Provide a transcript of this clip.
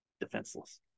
Defenseless